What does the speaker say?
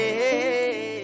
hey